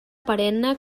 perenne